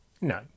no